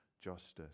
justice